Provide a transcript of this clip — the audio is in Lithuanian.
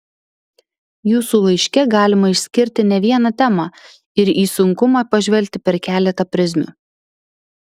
jūsų laiške galima išskirti ne vieną temą ir į sunkumą pažvelgti per keletą prizmių